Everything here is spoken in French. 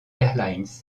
airlines